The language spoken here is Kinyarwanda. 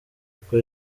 uko